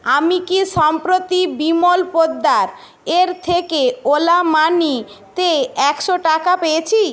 আমি কি সম্প্রতি বিমল পোদ্দার এর থেকে ওলা মানিতে একশো টাকা পেয়েছি